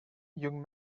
young